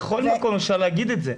אבל בכל מקום אפשר להגיד את זה.